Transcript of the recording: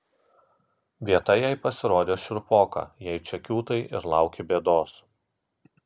vieta jai pasirodė šiurpoka jei čia kiūtai ir lauki bėdos